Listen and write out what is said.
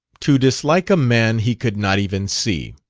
to dislike a man he could not even see!